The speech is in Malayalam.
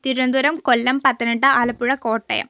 തിരുവനന്തപുരം കൊല്ലം പത്തനംതിട്ട ആലപ്പുഴ കോട്ടയം